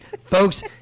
folks